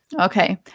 Okay